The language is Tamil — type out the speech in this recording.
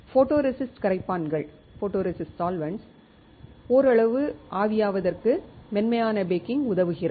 ஃபோட்டோரெசிஸ்ட் கரைப்பான்கள் ஓரளவு ஆவியாவதற்கு மென்மையான பேக்கிங் உதவுகிறது